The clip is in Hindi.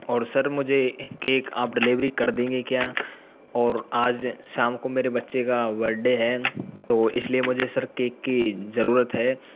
और सर मुझे अह केक आप डिलिवरी कर देंगे क्या और आज शाम को मेरे बच्चे का बर्डे है तो इसलिए मुझे सर कर केक की ज़रूरत है